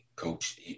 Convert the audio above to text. coach